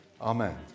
amen